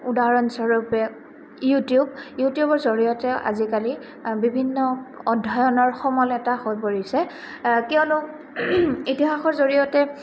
উদাহৰণস্বৰূপে ইউটিউব ইউটিউবৰ জৰিয়তে আজিকালি বিভিন্ন অধ্যয়নৰ সমল এটা হৈ পৰিছে কিয়নো ইতিহাসৰ জৰিয়তে